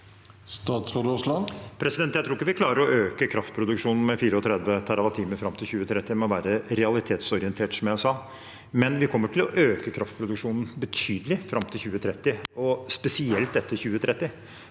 Jeg tror ikke vi klarer å øke kraftproduksjonen med 34 TWh fram til 2030, for en må være realitetsorientert, som jeg sa, men vi kommer til å øke kraftproduksjonen betydelig fram til 2030, og spesielt etter 2030.